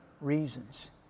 reasons